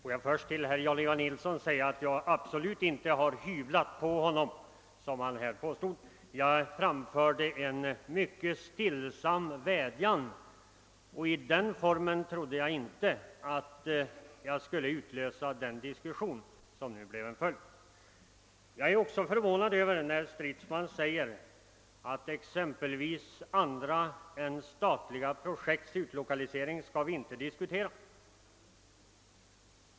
Herr talman! Får jag först säga till herr Nilsson i Tvärålund att jag absolut inte har hyvlat på honom, som han påstod. Jag framförde en mycket stillsam vädjan, och jag trodde inte att den skulle utlösa en sådan diskussion som nu följt. Jag är förvånad när herr Stridsman säger att vi inte kan diskutera utlokalisering av andra företag än statliga.